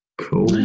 Cool